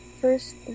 First